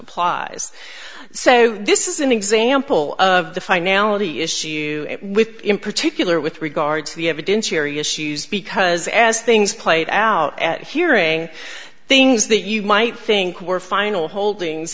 applies so this is an example of the finality issue with in particular with regard to the evidentiary issues because as things played out at hearing things that you might think were final holdings